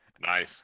Nice